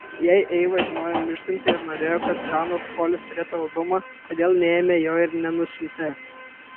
jei eiva žinojo mirštanti ir norėjo kad žanas polis turėtų albumą kodėl neėmė jo ir nenusiuntė